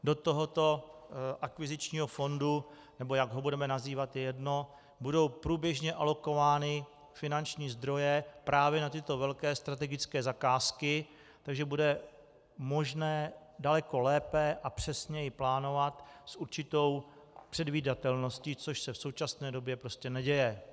Do tohoto akvizičního fondu, nebo jak ho budeme nazývat, je jedno, budou průběžně alokovány finanční zdroje právě na tyto velké strategické zakázky, takže bude možné daleko lépe a přesněji plánovat s určitou předvídatelností, což se v současné době prostě neděje.